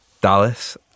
Dallas